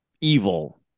evil